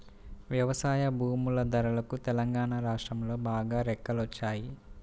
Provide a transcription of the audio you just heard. వ్యవసాయ భూముల ధరలకు తెలంగాణా రాష్ట్రంలో బాగా రెక్కలొచ్చాయి